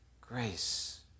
grace